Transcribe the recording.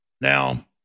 Now